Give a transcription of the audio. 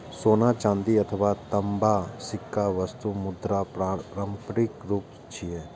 सोना, चांदी अथवा तांबाक सिक्का वस्तु मुद्राक पारंपरिक रूप छियै